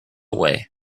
way